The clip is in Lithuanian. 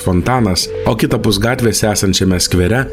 fontanas o kitapus gatvės esančiame skvere